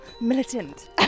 Militant